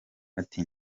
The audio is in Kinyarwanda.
ati